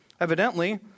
Evidently